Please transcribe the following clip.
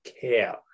Care